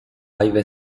live